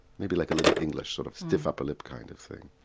maybe like a little english sort of stiff upper lip kind of thing.